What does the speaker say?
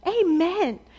Amen